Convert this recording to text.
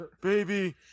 Baby